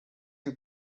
you